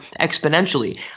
exponentially